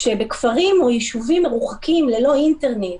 בכפרים או ביישובים מרוחקים ללא אינטרנט,